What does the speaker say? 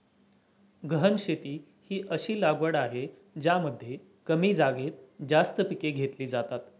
गहन शेती ही अशी लागवड आहे ज्यामध्ये कमी जागेत जास्त पिके घेतली जातात